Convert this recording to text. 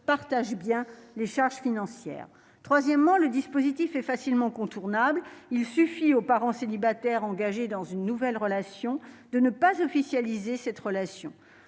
partage bien les charges financières, troisièmement, le dispositif est facilement contournable, il suffit aux parents célibataires, engagés dans une nouvelle relation de ne pas officialiser cette relation,